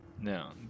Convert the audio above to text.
No